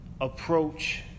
approach